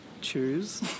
choose